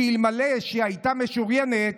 שאלמלא הייתה משוריינת,